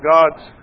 God's